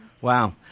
Wow